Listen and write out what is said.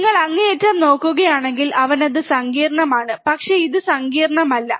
നിങ്ങൾ അങ്ങേയറ്റം നോക്കുകയാണെങ്കിൽ അവനത് സങ്കീർണ്ണമാണ് പക്ഷേ ഇത് സങ്കീർണ്ണമല്ല